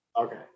Okay